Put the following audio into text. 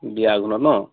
বিয়া আঘোণত ন'